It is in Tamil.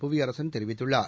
புவியரசன் தெரிவித்துள்ளார்